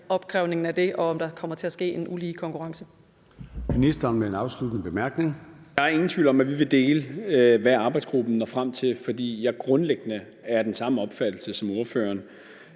opkrævningen af det, og om der kommer til at ske en ulige konkurrence.